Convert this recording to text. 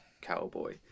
cowboy